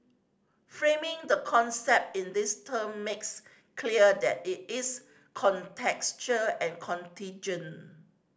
framing the concept in these term makes clear that it is contextual and contingent